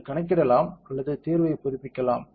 நீங்கள் கணக்கிடலாம் அல்லது தீர்வைப் புதுப்பிக்கலாம்